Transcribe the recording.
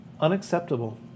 Unacceptable